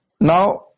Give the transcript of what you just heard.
Now